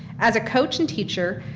as a coach and teacher,